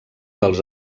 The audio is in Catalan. dels